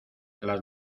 las